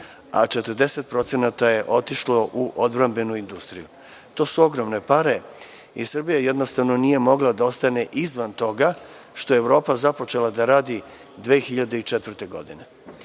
a 40% je otišlo u odbrambenu industriju. To su ogromne pare i Srbija jednostavno nije mogla da ostane izvan toga, što je Evropa započela da radi 2004. godine. Mi